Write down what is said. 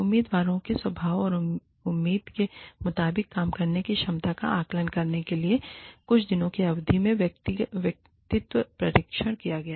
उम्मीदवारों के स्वभाव और उम्मीद के मुताबिक काम करने की क्षमता का आकलन करने के लिए कुछ दिनों की अवधि में व्यक्तित्व परीक्षण किया गया